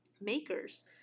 makers